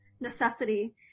necessity